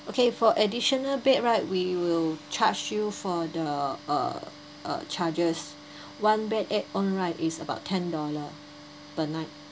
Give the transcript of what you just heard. okay for additional bed right we will charge you for the uh uh charges one bed add on right is about ten dollar per night